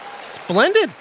Splendid